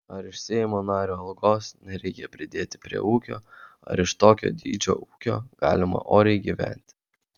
ar iš seimo nario algos nereikia pridėti prie ūkio ar iš tokio dydžio ūkio galima oriai gyventi